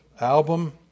album